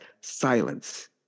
silence